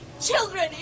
children